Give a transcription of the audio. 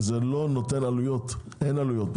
וזה לא יוצר עלויות פה.